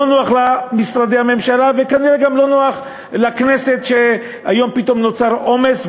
לא נוח למשרדי הממשלה וכנראה גם לא נוח לכנסת שהיום פתאום נוצר עומס,